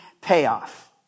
payoff